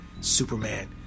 Superman